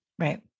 Right